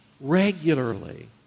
regularly